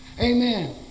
Amen